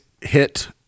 hit